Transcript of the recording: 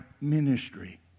ministry